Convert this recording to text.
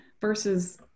versus